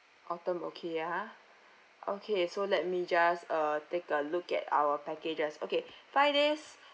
autumn okay ah okay so let me just uh take a look at our packages okay five days